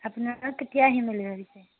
আপোনালোক কেতিয়া আহিম বুলি ভাবিছে